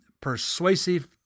persuasive